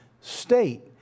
state